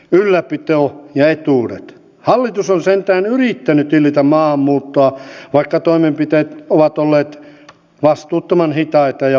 meilläkin hyvinkäällä nyt saatiin se vero vielä pidettyä ja toivotaan että saadaan ettei tarvitsisi nostaa